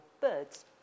birds